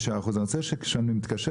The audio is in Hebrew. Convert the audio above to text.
אחוזים אלא אני רוצה שכאשר אני מתקשר,